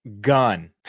gun